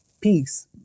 peace